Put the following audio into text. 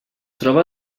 troba